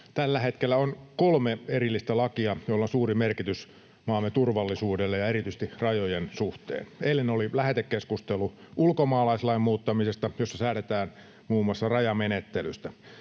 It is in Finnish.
tällä hetkellä on kolme erillistä lakia, joilla on suuri merkitys maamme turvallisuudelle ja erityisesti rajojen suhteen. Eilen oli lähetekeskustelu ulkomaalaislain muuttamisesta, jossa säädetään muun muassa rajamenettelystä.